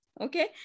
Okay